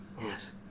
Yes